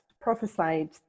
prophesied